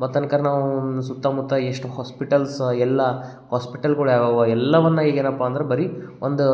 ಮತ್ತು ತನಕ ನಾವು ಸುತ್ತಮುತ್ತ ಎಷ್ಟು ಹಾಸ್ಪಿಟಲ್ಸ ಎಲ್ಲ ಹಾಸ್ಪಿಟಲ್ಗಳು ಯಾವ್ಯಾವ ಎಲ್ಲವನ್ನು ಈಗ ಏನಪ್ಪ ಅಂದ್ರೆ ಬರಿ ಒಂದು